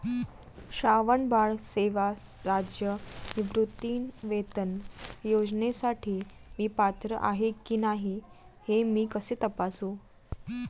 श्रावणबाळ सेवा राज्य निवृत्तीवेतन योजनेसाठी मी पात्र आहे की नाही हे मी कसे तपासू?